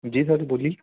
जी sir ji बोलिए